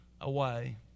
away